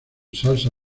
salsa